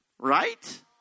Right